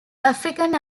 african